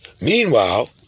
Meanwhile